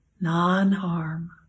non-harm